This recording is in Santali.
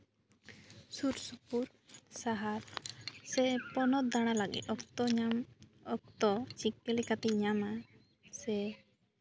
ᱥᱩᱨᱼᱥᱩᱯᱩᱨ ᱥᱟᱦᱟᱨ ᱥᱮ ᱯᱚᱱᱚᱛ ᱫᱟᱬᱟ ᱞᱟᱹᱜᱤᱫ ᱚᱠᱛᱚ ᱧᱟᱢ ᱚᱠᱛᱚ ᱪᱤᱠᱟᱹ ᱞᱮᱠᱟᱛᱤᱧ ᱧᱟᱢᱟ ᱥᱮ